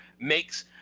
makes